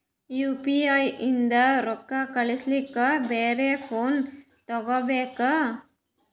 UPI ನಿಂದ ರೊಕ್ಕ ಕಳಸ್ಲಕ ಬ್ಯಾರೆ ಫೋನ ತೋಗೊಬೇಕ?